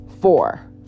four